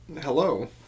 Hello